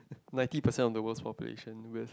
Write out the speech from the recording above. ninety percent of the world's population will